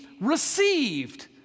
received